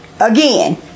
Again